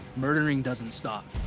murdering doesn't stop,